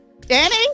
Danny